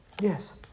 yes